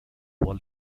wall